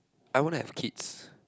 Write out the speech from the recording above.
I want to have kids